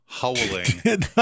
Howling